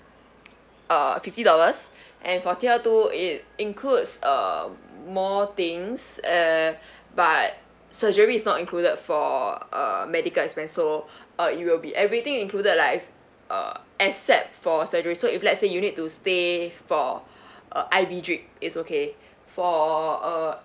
uh fifty dollars and for tier two it includes uh more things eh but surgery is not included for medical expense so uh it will be everything included like uh except for surgery so if let's say you need to stay for uh I_V drip is okay for uh